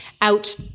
out